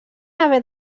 haver